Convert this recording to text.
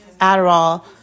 Adderall